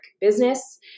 business